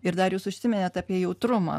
ir dar jūs užsiminėt apie jautrumą